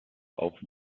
auf